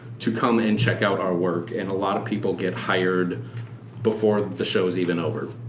to come and check out our work. and a lot of people get hired before the show is even over.